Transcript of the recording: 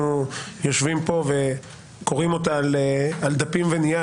יושבים פה וקוראים אותה על דפים ונייר,